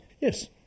Yes